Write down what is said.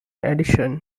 addition